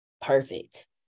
perfect